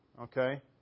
Okay